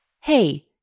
Hey